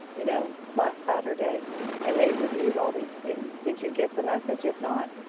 you know, last saturday and they reviewed all these things. did you get the message? if not,